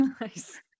Nice